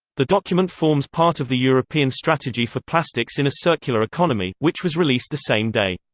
the document forms part of the european strategy for plastics in a circular economy, which was released the same day.